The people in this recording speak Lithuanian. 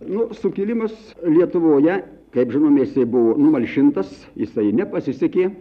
nu sukilimas lietuvoje kaip žinome jisai buvo numalšintas jisai nepasisekė